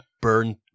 burn